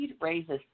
raises